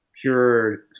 pure